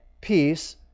peace